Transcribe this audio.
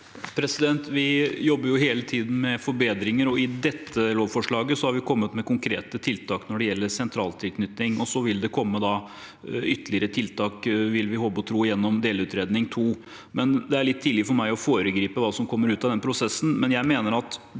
Vi jobber hele tiden med forbedringer. I dette lovforslaget har vi kommet med konkrete tiltak når det gjelder sentraltilknytning, og så vil det komme ytterligere tiltak, vil vi håpe og tro, gjennom delutredning to. Det er litt tidlig for meg å foregripe hva som kommer ut av den prosessen, men jeg mener at